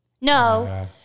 No